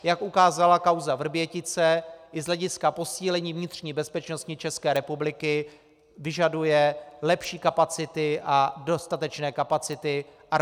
Jak ukázala kauza Vrbětice, i z hlediska posílení vnitřní bezpečnosti České republiky vyžaduje lepší kapacity a dostatečné kapacity Armády ČR.